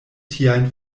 tiajn